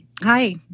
Hi